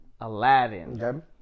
Aladdin